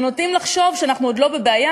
אנחנו נוטים לחשוב שאנחנו עוד לא בבעיה,